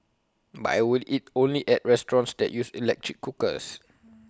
but I will eat only at restaurants that use electric cookers